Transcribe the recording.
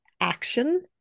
action